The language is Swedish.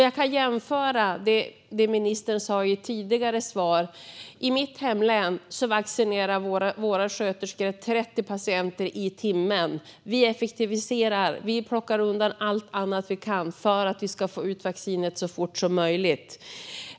Jag kan jämföra med det som ministern sa i ett tidigare svar. I mitt hemlän vaccinerar våra sköterskor 30 patienter i timmen. Vi effektiviserar och plockar undan allt annat vi kan för att få ut vaccinet så fort som möjligt.